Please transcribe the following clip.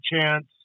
chance